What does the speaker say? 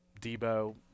Debo